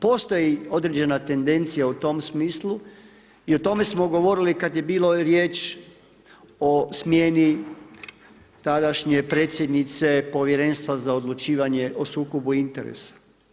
Postoji određena tendencija u tom smislu i o tome smo govorili kad je bilo riječ o smjeni tadašnje predsjednice Povjerenstva za odlučivanje o sukobu interesa.